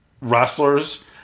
wrestlers